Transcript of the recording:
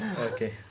Okay